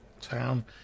town